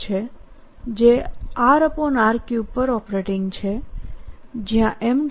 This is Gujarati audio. છે જે rr3 પર ઓપરેટિંગ છેજ્યાં m